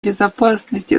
безопасности